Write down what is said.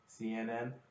CNN